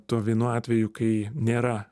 tuo vienu atveju kai nėra